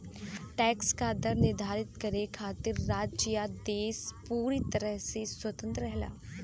tax क दर निर्धारित करे खातिर राज्य या देश पूरी तरह से स्वतंत्र रहेला